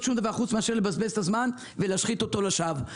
שום דבר חוץ מאשר לבזבז את הזמן ולהשחית אותו לשווא.